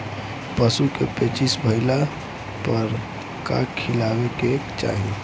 पशु क पेचिश भईला पर का खियावे के चाहीं?